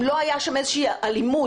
אם לא הייתה שם איזושהי אלימות,